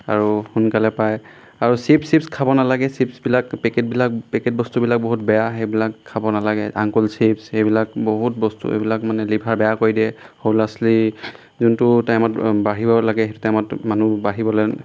আৰু সোনকালে পায় আৰু চিপ্ছ চিপ্ছ খাব নালাগে চিপ্ছবিলাক পেকেটবিলাক পেকেট বস্তুবিলাক বহুত বেয়া সেইবিলাক খাব নালাগে আংকুল চিপ্ছ সেইবিলাক বহুত বস্তু এইবিলাক মানে লিভাৰ বেয়া কৰি দিয়ে সৰু ল'ৰা ছোৱালী যিটো টাইমত বাঢ়িব লাগে সেইটো টাইমত মানুহ বাঢ়িবলৈ